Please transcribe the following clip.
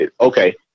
okay